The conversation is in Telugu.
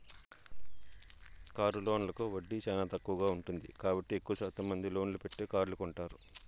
కారు లోన్లకు వడ్డీ చానా తక్కువగా ఉంటుంది కాబట్టి ఎక్కువ శాతం మంది లోన్ పెట్టే కార్లు కొంటారు